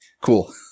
Cool